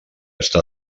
està